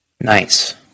Nice